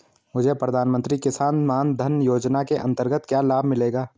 मुझे प्रधानमंत्री किसान मान धन योजना के अंतर्गत क्या लाभ मिलेगा?